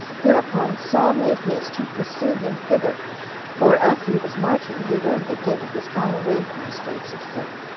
hereupon saul made haste to pursue him thither for, as he was marching, he learned that david was gone away from the straits of ziph,